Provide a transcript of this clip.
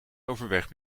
overweg